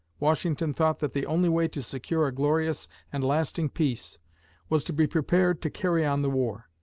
washington thought that the only way to secure a glorious and lasting peace was to be prepared to carry on the war.